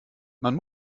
man